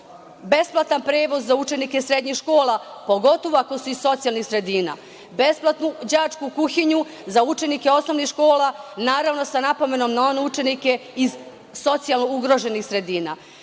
besplatan prevoz za učenike srednjih škola, pogotovu ako su iz socijalnih sredina, besplatnu đačku kuhinju za učenike osnovnih škola, naravno sa napomenom na one učenike iz socijalno ugroženih sredina.